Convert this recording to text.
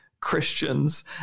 Christians